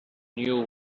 knew